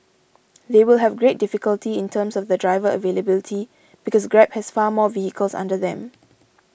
they will have great difficulty in terms of the driver availability because Grab has far more vehicles under them